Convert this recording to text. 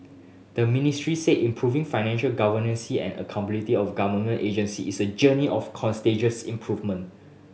the ministry said improving financial governance see and accountability of government agencies is a journey of continuous improvement